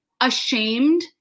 ashamed